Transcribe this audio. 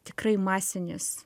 tikrai masinis